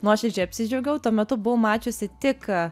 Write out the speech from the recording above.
nuoširdžiai apsidžiaugiau tuo metu buvau mačiusi tik